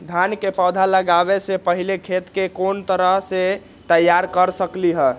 धान के पौधा लगाबे से पहिले खेत के कोन तरह से तैयार कर सकली ह?